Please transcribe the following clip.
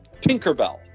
Tinkerbell